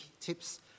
tips